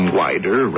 wider